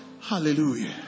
Hallelujah